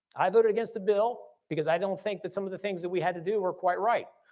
i voted against the bill because i don't think that some of the things that we had to do were quite right.